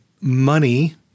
money